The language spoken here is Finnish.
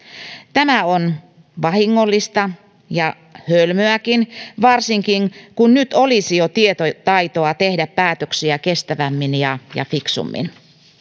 tämä on vahingollista ja hölmöäkin varsinkin kun nyt olisi jo tietotaitoa tehdä päätöksiä kestävämmin ja ja fiksummin